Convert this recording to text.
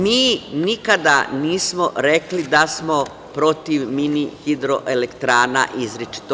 Mi nikada nismo rekli da smo protiv mini hidroelektrana izričito.